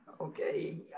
Okay